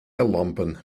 lampen